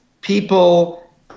people